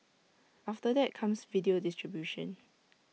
after that comes video distribution